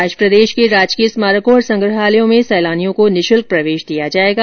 आज प्रदेश के राजकीय स्मारकों और संग्रहालयों में सैलानियों को निःशुल्क प्रवेश दिया जाएगा